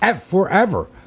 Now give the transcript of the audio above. forever